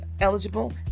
eligible